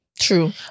True